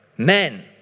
Men